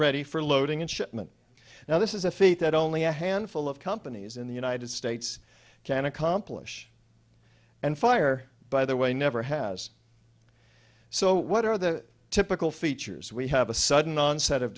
ready for loading in shipment now this is a feat that only a handful of companies in the united states can accomplish and fire by the way never has so what are the typical features we have a sudden onset of